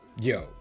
Yo